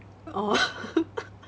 oh